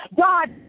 God